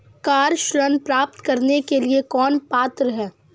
Car ऋण प्राप्त करने के लिए कौन पात्र है?